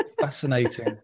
fascinating